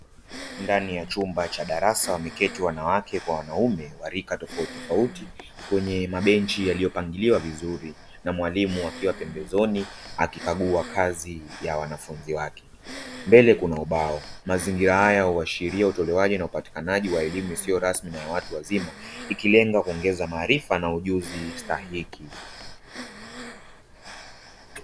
Ndani ya chumba cha darasa wa maketi wanawake kwa wanaume wa rika tofauti kwenye mabenchi, yaliyopangiliwa vizuri na mwalimu akiwa pembezoni akikagua kazi ya wanafunzi wake mbele kuna ubao, mazingira haya huaashiria utolewaji na upatikanaji wa elimu isiyo rasmi na ya watu wazima, ikilenga kuongeza maarifa na ujuzi stahiki.